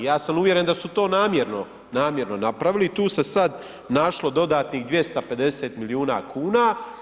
Ja sam uvjeren da su to namjerno napravili i tu se sada našlo dodatnih 250 milijuna kuna.